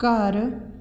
ਘਰ